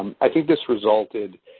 i think this resulted,